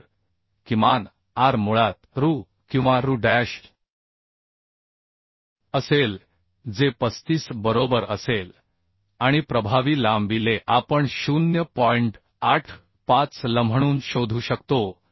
तर किमान आर मुळात Ru किंवा Ru डॅश असेल जे 35 बरोबर असेल आणि प्रभावी लांबी Le आपण 0 म्हणून शोधू शकतो